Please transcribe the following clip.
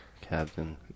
Captain